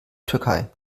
türkei